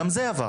גם זה עבר.